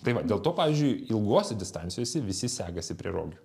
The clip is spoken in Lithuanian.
tai va dėl to pavyzdžiui ilgose distancijose visi segasi prie rogių